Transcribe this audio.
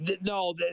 No